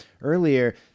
earlier